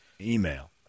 email